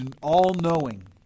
all-knowing